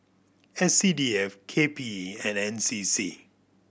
S C D F K P E and N C C